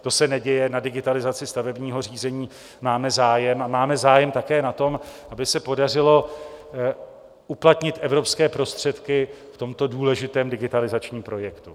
To se neděje, na digitalizaci stavebního řízení máme zájem, a máme zájem také na tom, aby se podařilo uplatnit evropské prostředky v tomto důležitém digitalizačním projektu.